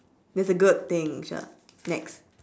that's a good thing shir next